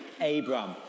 Abram